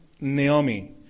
Naomi